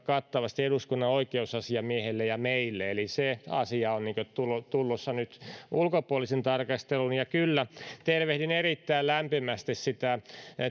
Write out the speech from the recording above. kattavasti eduskunnan oikeusasiamiehelle ja meille eli se asia on tulossa nyt ulkopuoliseen tarkasteluun ja kyllä tervehdin erittäin lämpimästi sitä